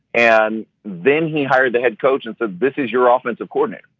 and then he hired the head coach and said, this is your offensive coordinator.